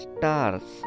Stars